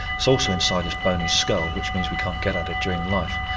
it's also inside this bony skull which means we can't get at it during life,